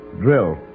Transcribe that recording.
Drill